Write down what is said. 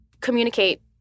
communicate